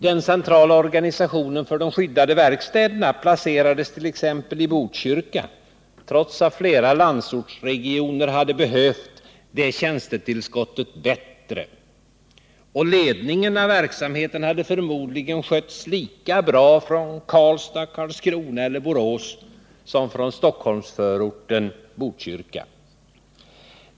Den centrala organisationen för de skyddade verkstäderna placerades t.ex. i Botkyrka trots att flera landsortsregioner hade behövt det tjänstetillskottet bättre. Och ledningen av verksamheten hade förmodligen skötts lika bra från Karlstad, Karlskrona eller Borås som från Stockholmsförorten Botkyrka.